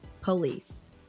Police